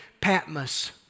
Patmos